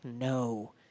no